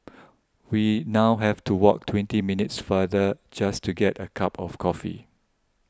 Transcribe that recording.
we now have to walk twenty minutes farther just to get a cup of coffee